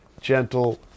gentle